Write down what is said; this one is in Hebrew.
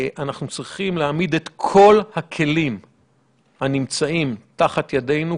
אנחנו צריכים להעמיד את כל הכלים הנמצאים תחת ידינו,